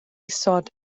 isod